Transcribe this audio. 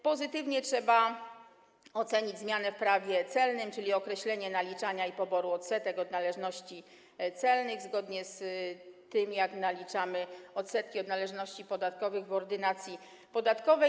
Pozytywnie trzeba ocenić zmianę w Prawie celnym, czyli określenie naliczania i poboru odsetek od należności celnych zgodnie z tym, jak naliczamy odsetki od należności podatkowych w Ordynacji podatkowej.